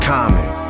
Common